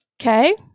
Okay